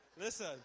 listen